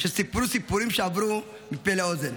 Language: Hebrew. שסיפרו סיפורים שעברו מפה לאוזן,